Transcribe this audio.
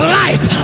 light